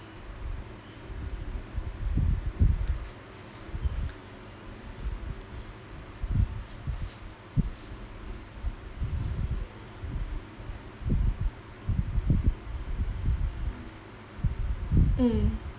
mm